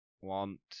want